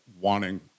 wanting